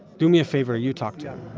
do me a favor, you talk to him.